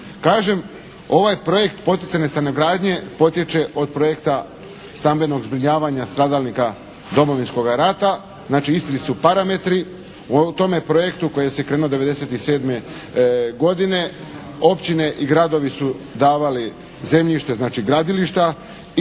Kažem, ovaj projekt poticajne stanogradnje potječe od projekta stambenog zbrinjavanja stradalnika Domovinskoga rata. Znači, isti su parametri. U tome projektu kojim se krenulo '97. godine općine i gradovi su davali zemljište, znači gradilišta i